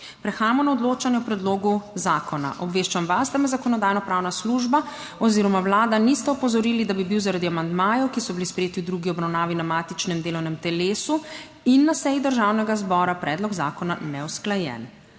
Prehajamo na odločanje o predlogu zakona. Obveščam vas, da me Zakonodajno-pravna služba oziroma Vlada nista opozorili, da bi bil zaradi amandmajev, ki so bili sprejeti v drugi obravnavi na matičnem delovnem telesu in na seji Državnega zbora, predlog zakona neusklajen.